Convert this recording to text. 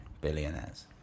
billionaires